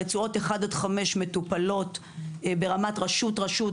רצועות אחת עד חמש מטופלות ברמת רשות-רשות,